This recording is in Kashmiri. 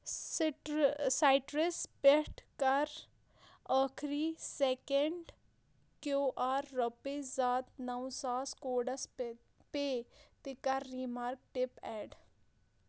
سِٹہٕ سایٹرس پٮ۪ٹھ کَر ٲخٕری سٮ۪کینڈ کیو آر رۄپی زاد نَوساس کوڈَس پہ پے تہِ کَر ریمارٕک ٹِپ ایڈ